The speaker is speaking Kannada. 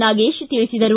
ನಾಗೇಶ್ ತಿಳಿಸಿದರು